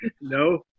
No